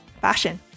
fashion